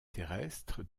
terrestre